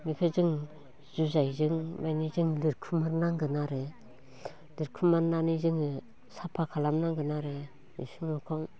बेखो जों जुजायजों मानि जों लिरखुमुर नांगोन आरो लिरखुमुरनानै जोङो साफा खालाम नांगोन आरो इसिं अखं